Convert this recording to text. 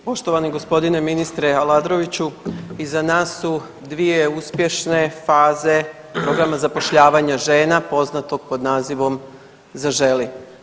Poštovani g. ministre Aladroviću, iza nas su dvije uspješne faze programa zapošljavanja žena poznatog pod nazivom Zaželi.